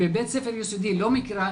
בבית ספר יסודי לא מכירה.